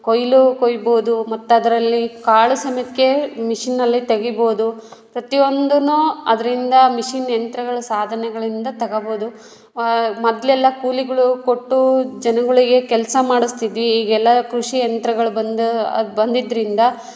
ಕೊಯ್ಲು ಕೊಯ್ಬೋದು ಮತ್ತು ಅದರಲ್ಲಿ ಕಾಳು ಸಮಯಕ್ಕೆ ಮಿಷಿನಲ್ಲೇ ತೆಗಿಬೋದು ಪ್ರತಿಯೊಂದೂ ಅದರಿಂದ ಮಿಷಿನ್ ಯಂತ್ರಗಳ ಸಾಧನಗಳಿಂದ ತಗೊಳ್ಬೋದು ಮೊದಲೆಲ್ಲ ಕೂಲಿಗಳು ಕೊಟ್ಟು ಜನಗಳಿಗೆ ಕೆಲಸ ಮಾಡಿಸ್ತಿದ್ವಿ ಈಗೆಲ್ಲ ಕೃಷಿ ಯಂತ್ರಗಳು ಬಂದು ಅದು ಬಂದಿದ್ದರಿಂದ